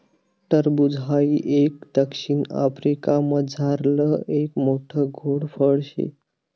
टरबूज हाई एक दक्षिण आफ्रिकामझारलं एक मोठ्ठ गोड फळ शे